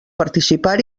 participar